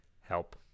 help